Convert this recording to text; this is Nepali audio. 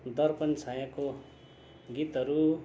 दर्पण छायाँको गीतहरू